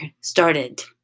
started